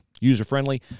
user-friendly